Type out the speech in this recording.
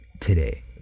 today